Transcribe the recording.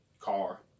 car